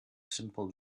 simple